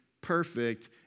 perfect